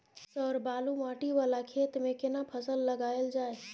Sir बालू माटी वाला खेत में केना फसल लगायल जाय?